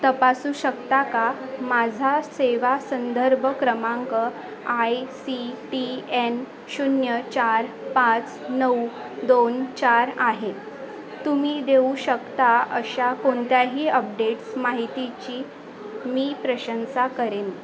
तपासू शकता का माझा सेवा संदर्भ क्रमांक आय सी टी एन शून्य चार पाच नऊ दोन चार आहे तुम्ही देऊ शकता अशा कोणत्याही अपडेट्स माहितीची मी प्रशंसा करेन